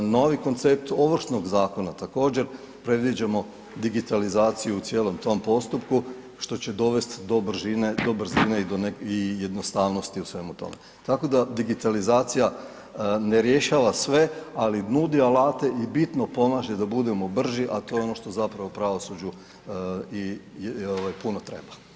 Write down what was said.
Novi koncept Ovršnog zakona također predviđamo digitalizaciju u cijelom tom postupku, što će dovest do brzine i jednostavnosti u svemu tome, tako da digitalizacija ne rješava sve, ali nudi alate i bitno pomaže da budemo brži, a to je ono što zapravo pravosuđu i puno treba.